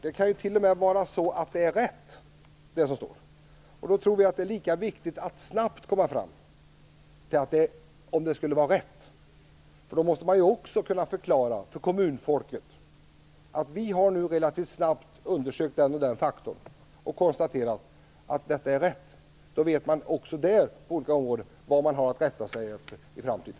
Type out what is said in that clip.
Det kan t.o.m. vara så att man har hamnat rätt. Då måste man ju också kunna förklara för kommunfolket att vi relativt snabbt har undersökt den och den faktorn och konstaterat att detta är rätt. Då vet man också där vad man under olika år har att rätta sig efter i framtiden.